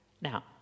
now